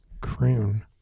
croon